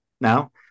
now